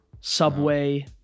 Subway